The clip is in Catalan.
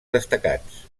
destacats